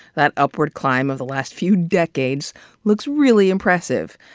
that upward climb of the last few decades looks really impressive.